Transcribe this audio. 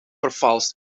vervalst